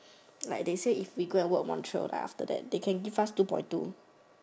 like they say if we go and work Montreal lah after that they can give us two point two